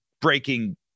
breaking